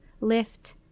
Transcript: lift